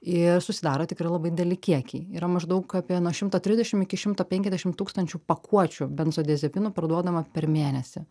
i susidaro tikrai labai dideli kiekiai yra maždaug apie nuo šimto trisdešim iki šimto penkiasdešim tūkstančių pakuočių benzodiazepinų parduodama per mėnesį